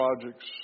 projects